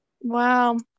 Wow